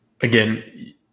again